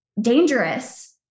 dangerous